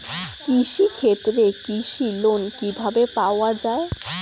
কৃষি ক্ষেত্রে কৃষি লোন কিভাবে পাওয়া য়ায়?